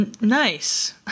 Nice